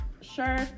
sure